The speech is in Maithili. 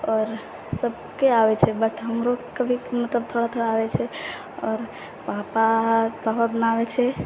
आर सबकेँ आबै छै बट हमरो कभी मतलब थोड़ा थोड़ा आबै छै पर पापा पापा बनाबै छै